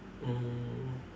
mm